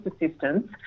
assistance